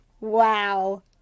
Wow